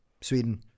Sweden